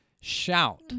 shout